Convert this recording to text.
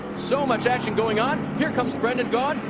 so much action going on. here comes brendan gaughan.